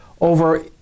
over